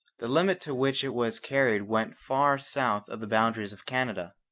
the limit to which it was carried went far south of the boundaries of canada.